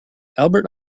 albert